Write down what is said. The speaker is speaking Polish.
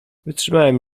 wytrzymałem